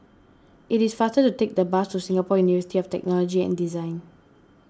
it is faster to take the bus to Singapore University of Technology and Design